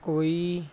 ਕੋਈ